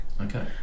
Okay